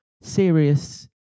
serious